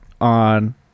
on